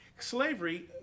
slavery